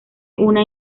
una